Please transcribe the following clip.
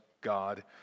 God